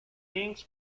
links